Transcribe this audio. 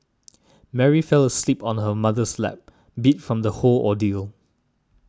Mary fell asleep on her mother's lap beat from the whole ordeal